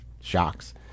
shocks